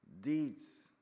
deeds